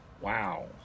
Wow